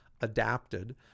adapted –